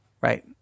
right